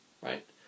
right